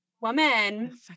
Woman